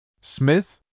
Smith